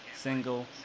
single